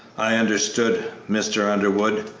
i understood, mr. underwood,